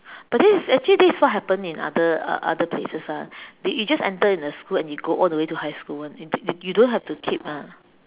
but this is actually this is what happen in other uh other places ah they you just enter in the school and they go all the way to high school [one] you don't have to keep ah